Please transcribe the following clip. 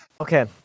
Okay